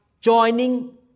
joining